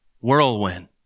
whirlwind